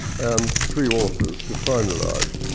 and three authors, to finalize.